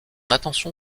attention